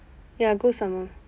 ya go some more